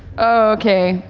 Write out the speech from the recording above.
okay,